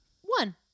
One